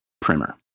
Primer